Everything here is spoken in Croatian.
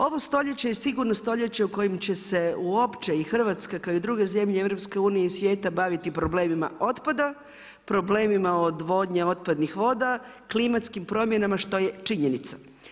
Ovo stoljeće je sigurno stoljeće u kojem će se uopće i Hrvatska kao i druge zemlje EU i svijeta baviti problemima otpada, problemima odvodnje otpadnih voda, klimatskim promjenama što je činjenica.